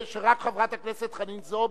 שלוש דקות לכל אחד.